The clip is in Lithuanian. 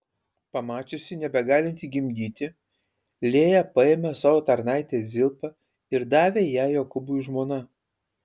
pamačiusi nebegalinti gimdyti lėja paėmė savo tarnaitę zilpą ir davė ją jokūbui žmona